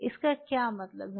इसका क्या मतलब है